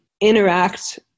interact